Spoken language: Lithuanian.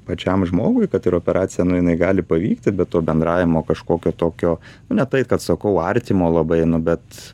pačiam žmogui kad ir operacija nu jinai gali pavykti be to bendravimo kažkokio tokio ne tai kad sakau artimo labai nu bet